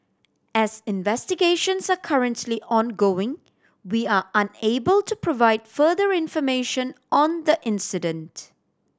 as investigations are currently ongoing we are unable to provide further information on the incident